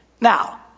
Now